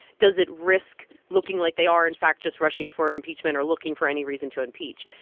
does it risk looking like they are, in fact, just rushing for impeachment or looking for any reason to impeach?